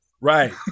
Right